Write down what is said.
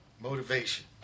motivation